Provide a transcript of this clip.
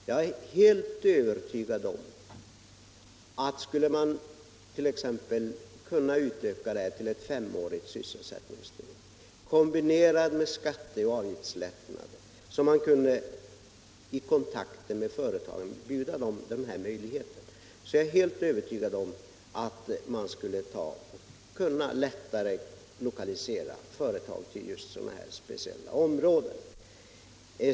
Jag är helt övertygad om att kunde man t.ex. utöka sysselsättningsstödet till fem år och kombinera det med skatteoch avgiftslättnader och alltså i kontakter med företag erbjuda dem sådana bättre villkor, då skulle man lättare kunna lokalisera företag till just sådana här speciella orter.